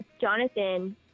Jonathan